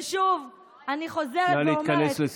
ושוב אני חוזרת ואומרת, נא להתכנס לסיכום.